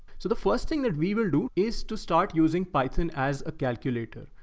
so the first thing that we will do is to start using python as a calculator.